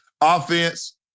offense